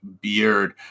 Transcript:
beard